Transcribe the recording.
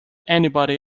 anybody